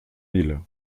miles